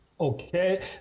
Okay